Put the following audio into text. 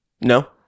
No